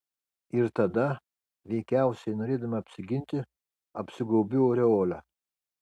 ir tada veikiausiai norėdama apsiginti apsigaubiu aureole